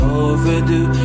overdue